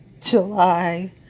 July